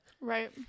Right